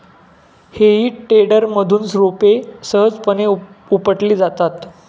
हेई टेडरमधून रोपे सहजपणे उपटली जातात